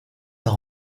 par